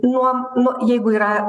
nuo nuo jeigu yra